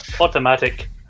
automatic